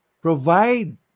Provide